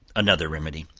another remedy.